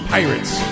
Pirates